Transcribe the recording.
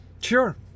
Sure